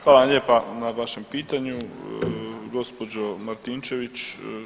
Hvala vam lijepa na vašem pitanju gospođo Martinčević.